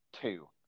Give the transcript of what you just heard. two